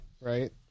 right